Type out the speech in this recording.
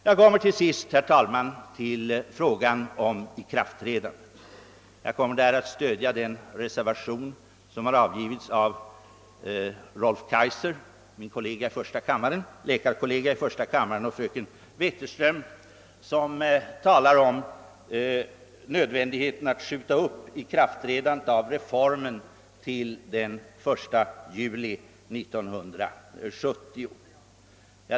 Jag kommer till sist till frågan om reformens ikraftträdande. Jag kommer därvidlag att stödja den reservation som avgivits av herr Rolf Kaijser — min läkarkollega i första kammaren — och fröken Wetterström, vari understrykes nödvändigheten av att skjuta upp ikraftträdandet av reformen till den 1 juli 1970.